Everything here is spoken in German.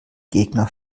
gegner